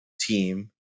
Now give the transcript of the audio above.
team